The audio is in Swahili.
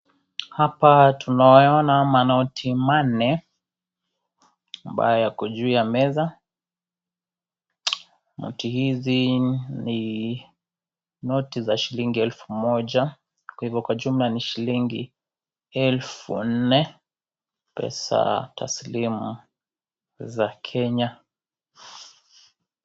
Hapa tunayaona manoti manne ambayo yako juu ya meza, noti hizi ni noti za shilingi elfu moja kwa hivyo kwa jumla ni shilingi elfu nne pesa taslimu za Kenya.